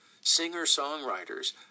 singer-songwriters